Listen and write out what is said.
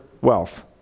wealth